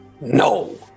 No